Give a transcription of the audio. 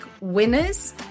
winners